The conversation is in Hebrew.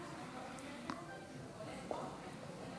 25 בעד, אין